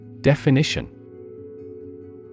Definition